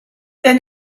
then